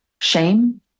shame